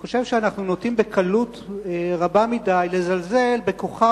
אני חושב שאנחנו נוטים בקלות רבה מדי לזלזל בכוחה